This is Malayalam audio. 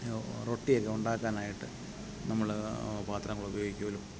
പിന്നെ റൊട്ടിയൊക്കെ ഉണ്ടാക്കാനായിട്ട് നമ്മൾ പാത്രങ്ങൾ ഉപയോഗിക്കൂല്ലോ